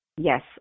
Yes